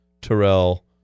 Terrell